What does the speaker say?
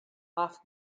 off